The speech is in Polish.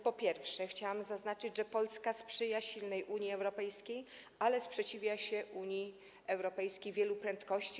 Po pierwsze, chciałam zaznaczyć, że Polska sprzyja silnej Unii Europejskiej, ale sprzeciwia się Unii Europejskiej wielu prędkości.